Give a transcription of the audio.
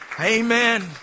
amen